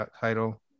title